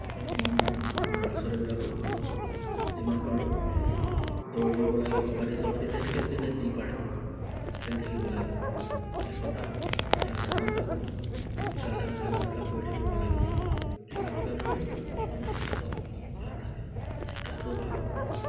সেইকাৰণে মই ল'ৰা ছোৱালীবিলাকক যিমান পাৰোঁ দৌৰিব লাগে কবাডী চবাদি যেনেকৈ যোনে যি পাৰে খেলি থাকিব লাগে এঘণ্টা হওক ইয়াৰ আধা ঘণ্টা হওক খেলা ধূলা কৰি থাকিব লাগে খেলা ধূলাটোৰে মেইন স্বাস্থ্য ভাল থাকে শিক্ষাটোও ভাল হ'ব আমাৰ